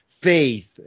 Faith